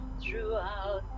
throughout